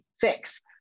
Fix